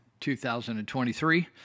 2023